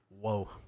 Whoa